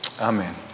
Amen